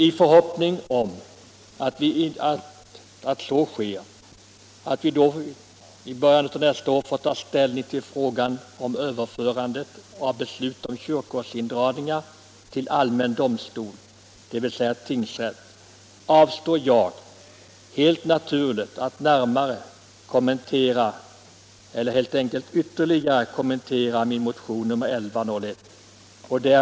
I förhoppning att så sker och att vi alltså i början av nästa år får ta ställning till frågan om överförande av beslut om körkortsindragningar till allmän domstol, dvs. tingsrätt, avstår jag helt naturligt från att ytterligare kommentera motionen 1101.